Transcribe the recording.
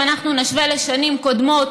אם אנחנו נשווה לשנים קודמות,